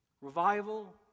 Revival